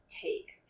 take